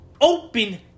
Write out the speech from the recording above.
open